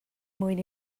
mwyn